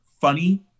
funny